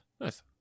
Nice